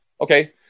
okay